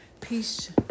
Peace